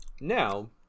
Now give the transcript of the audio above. now